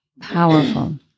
Powerful